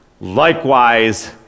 likewise